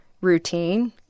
routine